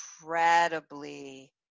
incredibly